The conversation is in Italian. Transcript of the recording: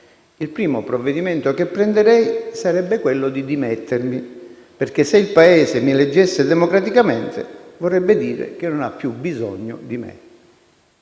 il primo provvedimento che prenderei sarebbe quello di dimettermi, perché, se il Paese mi eleggesse democraticamente, vorrebbe dire che non ha più bisogno di me».